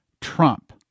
TRUMP